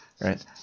right